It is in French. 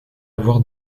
avoir